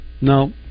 No